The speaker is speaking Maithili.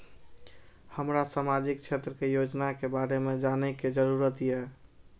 हमरा सामाजिक क्षेत्र के योजना के बारे में जानय के जरुरत ये?